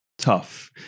tough